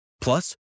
Plus